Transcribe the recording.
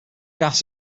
gas